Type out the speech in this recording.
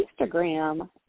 Instagram